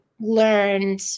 learned